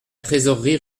trésorerie